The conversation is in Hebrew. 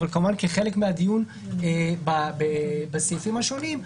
אבל כחלק מהדיון בסעיפים השונים,